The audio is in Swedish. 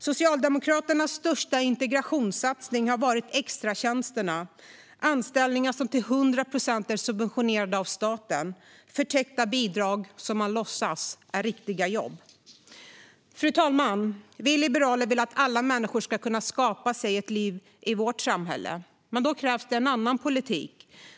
Socialdemokraternas största integrationssatsning har varit extratjänsterna - anställningar som till 100 procent subventioneras av staten. Det är förtäckta bidrag som man låtsas är riktiga jobb. Fru talman! Vi liberaler vill att alla människor ska kunna skapa sig ett liv i vårt samhälle. Men då krävs det en annan politik.